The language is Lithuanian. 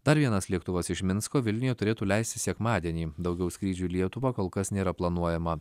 dar vienas lėktuvas iš minsko vilniuje turėtų leistis sekmadienį daugiau skrydžių į lietuvą kol kas nėra planuojama